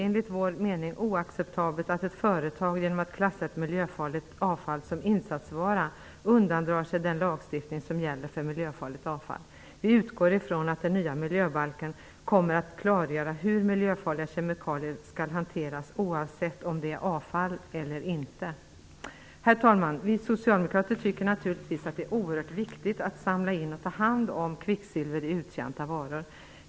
Enligt vår mening är det oacceptabelt att ett företag genom att klassa ett miljöfarligt avfall som insatsvara undandrar sig den lagstiftning som gäller för miljöfarligt avfall. Vi utgår från att den nya miljöbalken kommer att klargöra hur miljöfarliga kemikalier skall hanteras oavsett om de är avfall eller inte. Herr talman! Vi socialdemokrater tycker naturligtvis att det är oerhört viktigt att samla in och ta hand om kvicksilver i uttjänta varor.